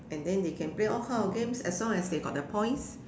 and then they can play all kind of games as long as they got the points